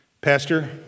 Pastor